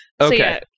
Okay